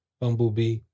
Bumblebee